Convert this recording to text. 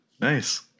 nice